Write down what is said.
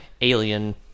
alien